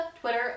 Twitter